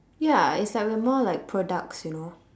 ya it's like we're more like products you know